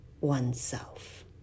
oneself